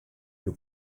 you